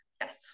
yes